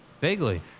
Vaguely